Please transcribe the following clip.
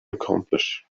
accomplish